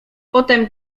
potem